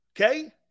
Okay